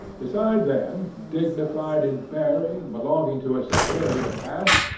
beside them, dignified in bearing, belonging to a superior caste,